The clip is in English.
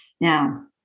Now